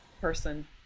person